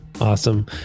Awesome